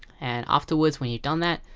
and afterwards when you've done that,